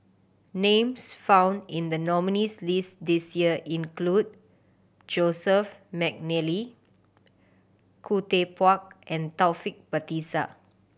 names found in the nominees' list this year include Joseph McNally Khoo Teck Puat and Taufik Batisah